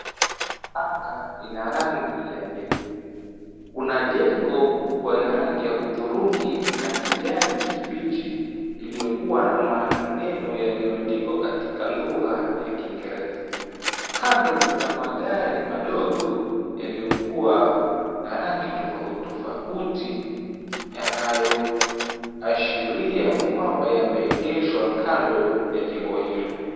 Anga ina rangi ya nyeupe. Kuna jengo kubwa ya rangi ya hudhurungi na kijani kibichi iliyokuwa na maneno yaliyoandikwa katika lugha ya kiingereza. Kando kuna magari madogo yaliyokuwa na rangi tofauti tofauti yanayoashiria kwamba yameegeshwa kando ya jengo hilo.